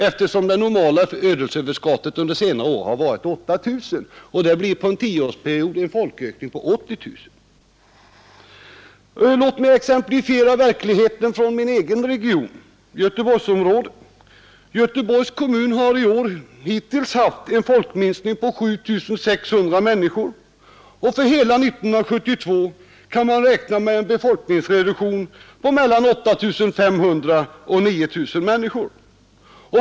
Eftersom det normala födelseöverskottet under senare år har varit ca 8 000 blir det på en tioårsperiod en befolkningsökning på omkring 80 000. Låt mig exemplifiera verkligheten från min egen region, Göteborgsområdet. Göteborgs kommun har hittills i år haft en folkminskning på 7 600 människor, och för hela 1972 kan man räkna med en befolkningsreduktion på mellan 8 500 och 9 000 människor.